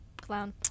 Clown